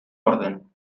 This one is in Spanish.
orden